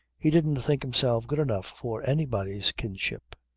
he didn't think himself good enough for anybody's kinship.